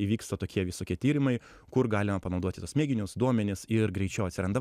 įvyksta tokie visokie tyrimai kur galima panaudoti tuos mėginius duomenis ir greičiau atsiranda